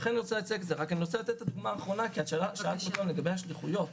אני רק רוצה לתת דוגמה אחרונה כי שאלת לגבי השליחויות.